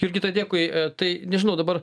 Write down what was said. jurgita dėkui tai nežinau dabar